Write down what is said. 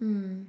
mm